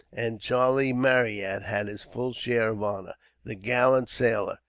and charlie marryat had his full share of honor the gallant sailor,